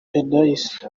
eunice